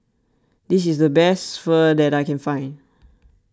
this is the best Pho that I can find